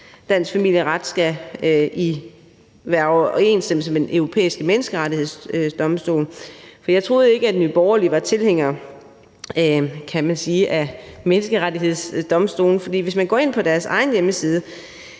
dansk familieret skal være i overensstemmelse med Den Europæiske Menneskerettighedsdomstols praksis, for jeg troede ikke, at Nye Borgerlige var tilhængere, kan man sige, af Menneskerettighedsdomstolen. For hvis man går ind på Nye Borgerliges egen hjemmeside,